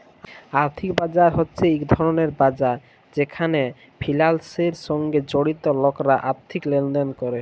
আর্থিক বাজার হছে ইক ধরলের বাজার যেখালে ফিলালসের সঙ্গে জড়িত লকরা আথ্থিক লেলদেল ক্যরে